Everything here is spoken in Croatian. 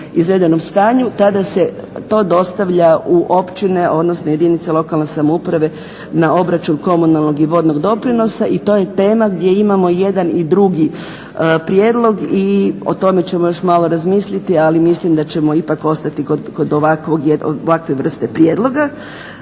izvedenom stanju tada se to dostavlja u općine, odnosno jedinice lokalne samouprave na obračun komunalnog i vodnog doprinosa i to je tema gdje imamo i jedan i drugi prijedlog i o tome ćemo još malo razmisliti. Ali mislim da ćemo ipak ostati kod ovakve vrste prijedloga.